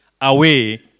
away